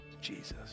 Jesus